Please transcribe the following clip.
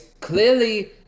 clearly